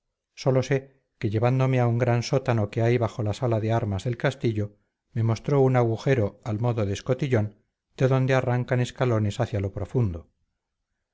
sólo sé que llevándome a un gran sótano que hay bajo la sala de armas del castillo me mostró un agujero al modo de escotillón de donde arrancan escalones hacia lo profundo